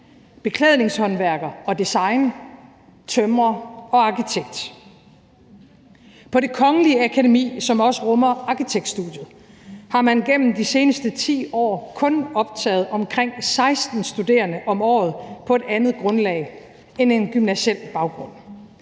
beklædningshåndværk og design, tømrer og arkitekt? På Det Kongelige Akademi, som også rummer arkitektstudiet, har man gennem de seneste 10 år kun optaget omkring 16 studerende om året på et andet grundlag end en gymnasial baggrund.